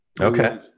Okay